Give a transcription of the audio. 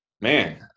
Man